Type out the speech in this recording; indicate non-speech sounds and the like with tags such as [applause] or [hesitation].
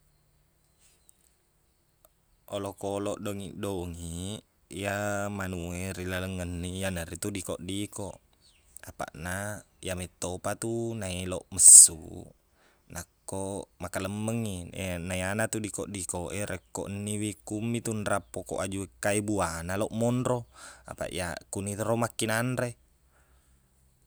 [noise] Olokkoloq dongiq-dongiq, iye manu e ri lalaeng enni, iyana ritu dikoq-dikoq. Apaqna, iye mettopatu naeloq messuq nakko makelemmeng i. [hesitation] Ne iyana tu dikoq-dikoq e, rekko enniwi kummi tu nraq pokok aju engka e buana loq monro, apaq iya- kuniro makkinanre.